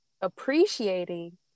appreciating